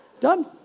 Done